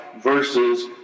versus